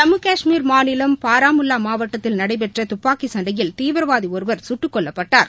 ஜம்மு கஷ்மீர் மாநிலம் பாரமுல்லா மாவட்டத்தில் நடைபெற்ற துப்பாக்கி சண்டையில் தீவிரவாதி ஒருவர் கட்டுக் கொல்லப்பட்டார்